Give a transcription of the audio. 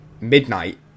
midnight